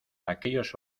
aquellos